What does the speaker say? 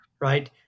right